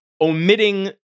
omitting